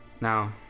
now